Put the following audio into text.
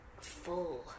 Full